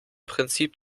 prinzip